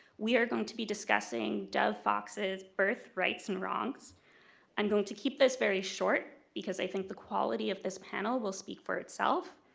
we are going to be discussing dov fox's birth rights and wrongs i'm and going to keep this very short because i think the quality of this panel will speak for itself,